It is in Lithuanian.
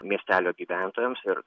miestelio gyventojams ir